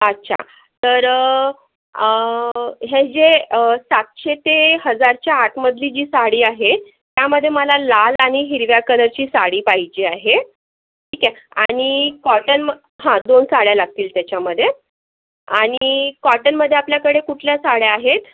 अच्छा तर हे जे सातशे ते हजारच्या आतमधली जी साडी आहे त्यामधे मला लाल आणि हिरव्या कलरची साडी पाहिजे आहे ठीक आहे आणि कॉटन हं दोन साड्या लागतील त्याच्यामधे आणि कॉटनमधे आपल्याकडे कुठल्या साड्या आहेत